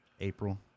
april